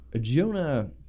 Jonah